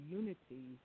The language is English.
unity